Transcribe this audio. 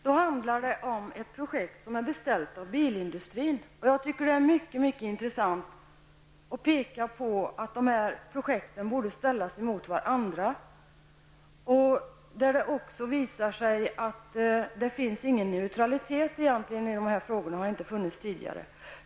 Det handlar nämligen om ett projekt beställt av bilindustrin. Jag tycker att det vore mycket intressant att ställa de här projekten mot varandra. Det framgår ju att det inte finns någon neutralitet i dessa frågor, och någon sådan har heller inte funnits tidigare.